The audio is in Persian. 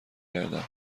گردم